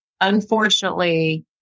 unfortunately